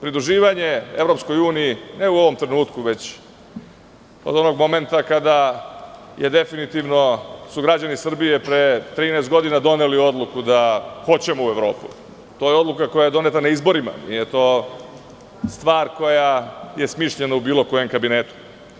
Pridruživanje EU, od onog momenta kada su definitivno građani Srbije pre 13 godina doneli odluku da hoćemo u Evropu, to je odluka koja je doneta na izborima, nije stvar koja je smišljena u bilo kom kabinetu.